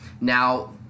Now